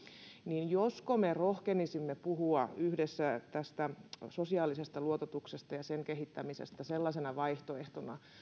niin josko me rohkenisimme puhua yhdessä tästä sosiaalisesta luototuksesta ja sen kehittämisestä sellaisena vaihtoehtona